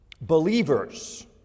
believers